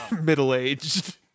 middle-aged